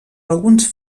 alguns